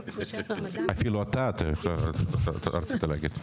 אפילו אתה, רצית להגיד.